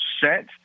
set